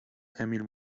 emil